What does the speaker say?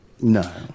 No